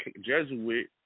Jesuit